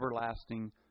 everlasting